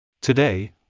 Today